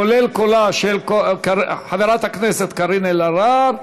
כולל קולה של חברת הכנסת קארין אלהרר,